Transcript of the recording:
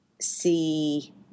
see